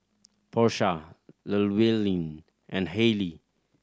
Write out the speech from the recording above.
Porsha Llewellyn and Halley